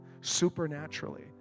supernaturally